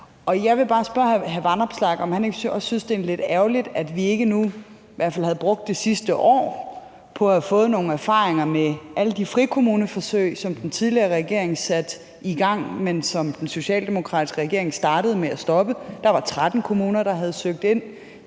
hr. Alex Vanopslagh, om han ikke også synes, det er lidt ærgerligt, at vi ikke nu har brugt i hvert fald det sidste år på at få nogle erfaringer med alle de frikommuneforsøg, som den tidligere regering satte i gang, men som den socialdemokratiske regering startede med at stoppe. Der var 13 kommuner, der havde søgt ind